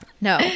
No